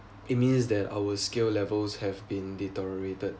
it means that our skill levels have been deteriorated